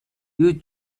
you